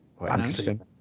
Interesting